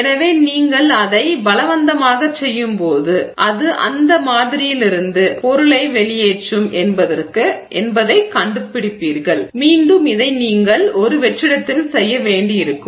எனவே நீங்கள் அதை பலவந்தமாகச் செய்யும்போது அது அந்த பதக்கூறுவிலிருந்து மாதிரியிலிருந்து பொருளை வெளியேற்றும் என்பதைக் கண்டுபிடிப்பீர்கள் மீண்டும் இதை நீங்கள் ஒரு வெற்றிடத்தில் செய்ய வேண்டியிருக்கும்